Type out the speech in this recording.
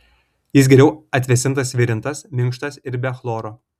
jis geriau atvėsintas virintas minkštas ir be chloro